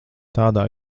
tādā